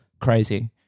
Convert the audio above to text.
crazy